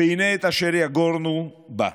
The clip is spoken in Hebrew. והינה אשר יגורנו בא,